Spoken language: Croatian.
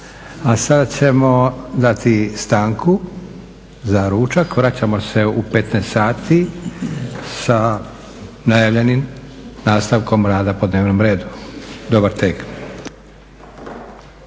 A sada ćemo dati stanku za ručak. Vraćamo se u 15,00 sati najavljenim nastavkom rada po dnevnom redu. Dobar tek.